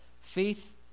Faith